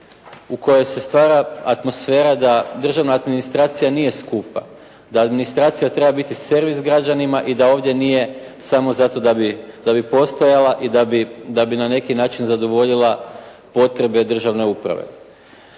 U kojoj se stvara atmosfera da državna administracija nije skupa. Da administracija treba biti servis građanima i da ovdje nije samo zato da bi postojala i da bi na neki način zadovoljila potrebe državne uprave.